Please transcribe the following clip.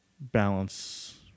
balance